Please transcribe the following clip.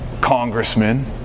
congressman